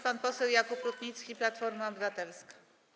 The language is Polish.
Pan poseł Jakub Rutnicki, Platforma Obywatelska.